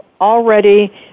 already